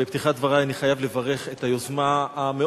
בפתיחת דברי אני חייב לברך את היוזמה המאוד-מיוחדת,